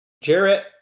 Jarrett